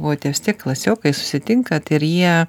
buvote vis tiek klasiokai susitinka ir jie